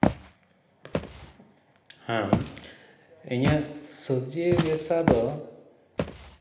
ᱦᱮᱸ ᱤᱧᱟᱹᱜ ᱥᱚᱵᱡᱤ ᱵᱮᱵᱥᱟ ᱫᱚ